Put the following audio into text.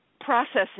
processing